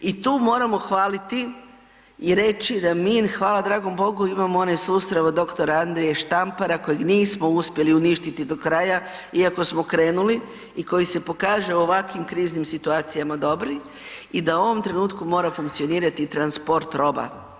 I tu moramo hvaliti i reći da mi hvala dragom Bogu imamo onaj sustav od Dr. Andrije Štampara kojeg nismo uspjeli uništiti do kraja iako smo krenuli i koji se pokaže u ovakvim kriznim situacijama dobri i da u ovom trenutku mora funkcionirati transport roba.